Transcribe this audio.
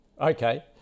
Okay